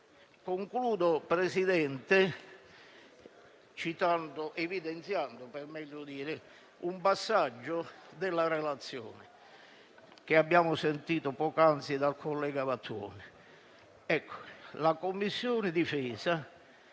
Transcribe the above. Concludo, signor Presidente, evidenziando un passaggio della relazione che abbiamo sentito illustrare poc'anzi dal collega Vattuone. La Commissione difesa,